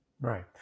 Right